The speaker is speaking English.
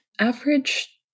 Average